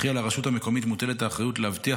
וכי על הרשות המקומית מוטלת האחריות להבטיח